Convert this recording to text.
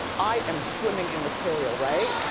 i am swimming in material, right?